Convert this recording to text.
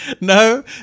No